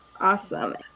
Awesome